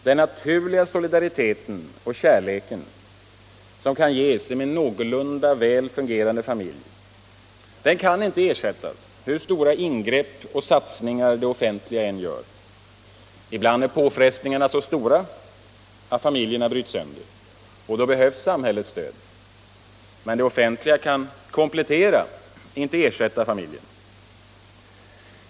Den naturliga solidaritet och kärlek som kan ges inom en någorlunda väl fungerande familj kan inte ersättas, hur stora ingrepp och satsningar det offentliga än gör. Ibland är påfrestningarna så stora att familjer bryts sönder, och då behövs samhällets stöd. Det offentliga kan komplettera — men inte ersätta — familjen.